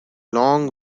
long